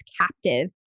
captive